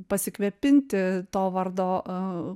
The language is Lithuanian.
pasikvepinti to vardo